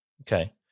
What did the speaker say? Okay